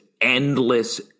endless